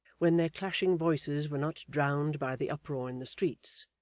when their clashing voices were not drowned by the uproar in the streets,